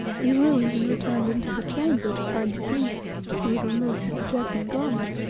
we rose and returned into the chamber to find the priests, who had removed the protecting garments,